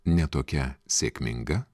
ne tokia sėkminga